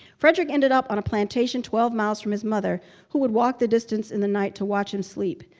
frederick ended up on a plantation twelve miles from his mother, who would walk the distance in the night to watch him sleep.